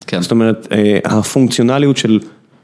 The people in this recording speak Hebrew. כן. זאת אומרת, הפונקציונליות של...